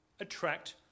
attract